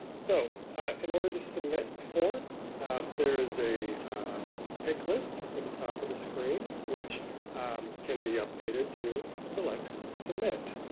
so in order to submit form there is a pick list at the top of the screen, which can be updated to select submit.